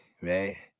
right